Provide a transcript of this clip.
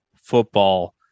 football